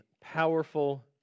powerful